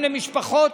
למשפחות,